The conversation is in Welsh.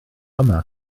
yma